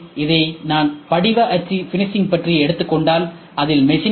எனவே இதை நான் படிவ அச்சு ஃபினிஷிங் பற்றி எடுத்துக்கொண்டால் அதில்